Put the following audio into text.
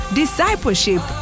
discipleship